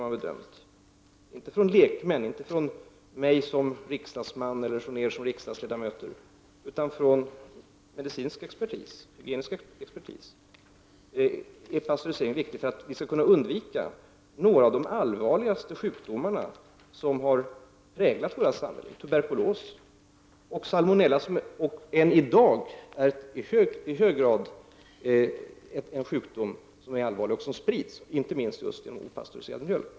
Jag stöder mig i det avseendet givetvis inte bara på lekmannauppgifter, utan pastörisering är enligt medicinsk-hygienisk expertis viktig för att vi skall kunna undvika några av de allvarligaste sjukdomar som har präglat våra samhällen, som tuberkulos och salmonella. Salmonella är än i dag en allvarlig sjukdom, som sprids inte minst genom opastöriserad mjölk.